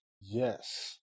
Yes